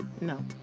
No